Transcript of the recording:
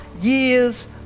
years